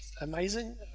amazing